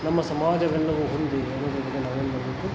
ನಮ್ಮ ಸಮಾಜವೆಲ್ಲವು ಹೊಂದಿ ನಾವೇನ್ಮಾಡಬೇಕು